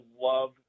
love